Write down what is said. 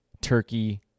turkey